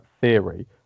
theory